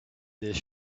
this